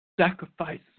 sacrifice